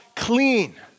clean